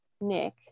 Nick